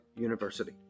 University